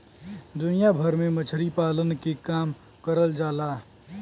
दुनिया भर में मछरी पालन के काम करल जाला